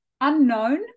unknown